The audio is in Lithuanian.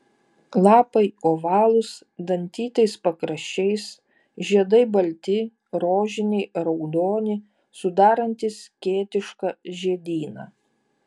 lapai ovalūs dantytais pakraščiais žiedai balti rožiniai raudoni sudarantys skėtišką žiedyną